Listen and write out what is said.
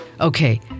Okay